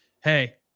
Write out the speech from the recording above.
hey